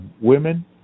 women